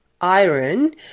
iron